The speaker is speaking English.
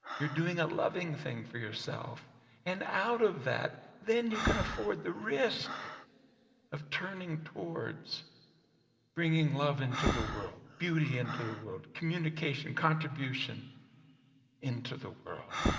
you're doing a loving thing for yourself and out of that then you can afford the risk of turning towards bringing love into the world, beauty into the world, communication, contribution into the world.